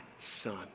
son